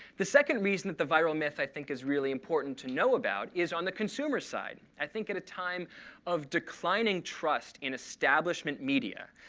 the second reason that the viral myth, i think, is really important to know about is on the consumer side. i think at a time of declining trust in establishment media,